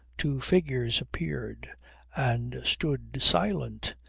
two figures appeared and stood silent,